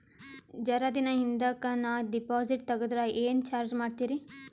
ಜರ ದಿನ ಹಿಂದಕ ನಾ ಡಿಪಾಜಿಟ್ ತಗದ್ರ ಏನ ಚಾರ್ಜ ಮಾಡ್ತೀರಿ?